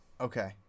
Okay